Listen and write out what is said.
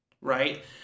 Right